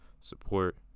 support